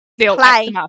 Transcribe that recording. Play